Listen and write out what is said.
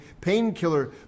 painkiller